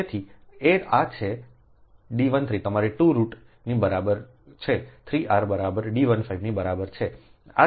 તેથી આ છે D 13 તમારી 2 રુટની બરાબર છે 3 r બરાબર D 15 ની બરાબર છે